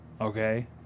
okay